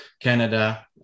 Canada